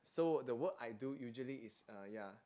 so the work I do usually is uh ya